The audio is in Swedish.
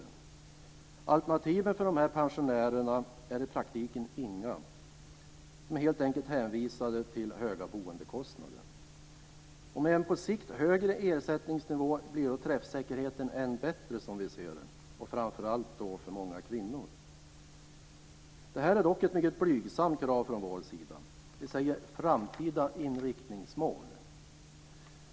Det finns i praktiken inga alternativ för de här pensionärerna. De är helt enkelt hänvisade till höga boendekostnader. Med en på sikt högre ersättningsnivå blir träffsäkerheten än bättre, som vi ser det, framför allt för många kvinnor. Detta är dock ett mycket blygsamt krav från vår sida. Vi säger att det är ett framtida inriktningsmål.